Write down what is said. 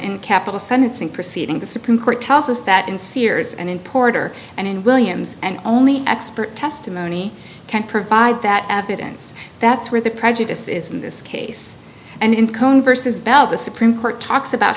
in capital sentencing proceeding the supreme court tells us that in sears and in porter and in williams and only expert testimony can provide that evidence that's where the prejudice is in this case and income versus bell the supreme court talks about